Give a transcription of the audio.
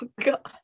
God